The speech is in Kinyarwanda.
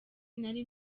nari